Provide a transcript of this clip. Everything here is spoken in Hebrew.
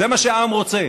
זה מה שהעם רוצה.